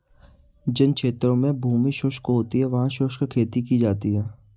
जिन क्षेत्रों में भूमि शुष्क होती है वहां शुष्क खेती की जाती है